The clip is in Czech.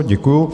Děkuju.